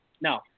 No